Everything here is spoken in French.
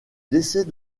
décès